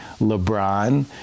LeBron